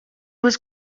was